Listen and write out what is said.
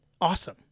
Awesome